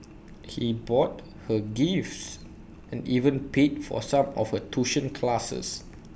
he bought her gifts and even paid for some of her tuition classes